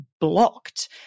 blocked